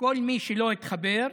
כל מי שלא התחבר,